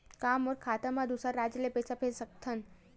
का मोर खाता म दूसरा राज्य ले पईसा भेज सकथव?